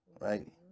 Right